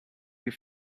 your